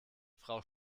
frau